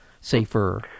Safer